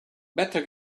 better